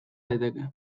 daiteke